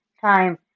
time